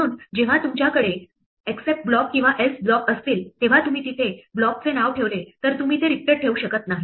म्हणून जेव्हा तुमच्याकडे एक्सेप्ट ब्लॉक किंवा एल्स ब्लॉक असतील तेव्हा तुम्ही तिथे ब्लॉकचे नाव ठेवले तर तुम्ही ते रिक्त ठेवू शकत नाही